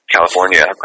California